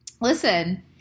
listen